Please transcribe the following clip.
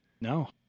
No